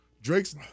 Drake's